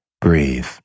Breathe